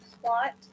plot